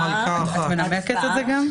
גם מנמקת אותה?